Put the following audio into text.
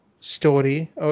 story